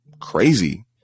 crazy